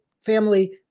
family